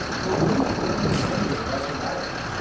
beru finally ended viking ireland,